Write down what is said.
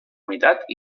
unitat